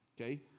okay